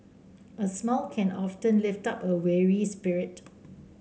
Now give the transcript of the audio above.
a smile can often lift up a weary spirit